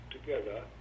together